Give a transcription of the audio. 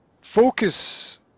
focus